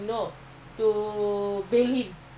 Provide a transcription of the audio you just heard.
எங்கஇருக்கு:enka irukku